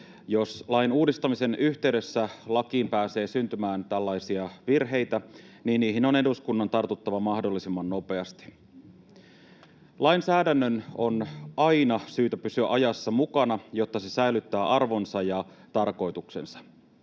Jos lain uudistamisen yhteydessä lakiin pääsee syntymään tällaisia virheitä, niin niihin on eduskunnan tartuttava mahdollisimman nopeasti. Lainsäädännön on aina syytä pysyä ajassa mukana, jotta se säilyttää arvonsa ja tarkoituksensa.